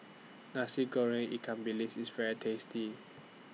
Nasi Goreng Ikan Bilis IS very tasty